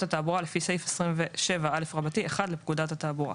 תעבורה לפי סעיף 27א1 לפקודת התעבורה.